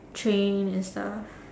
train and stuff